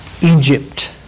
Egypt